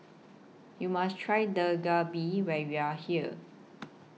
YOU must Try Dak Galbi when YOU Are here